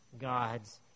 God's